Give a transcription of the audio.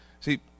See